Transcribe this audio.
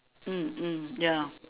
mm mm ya